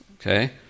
okay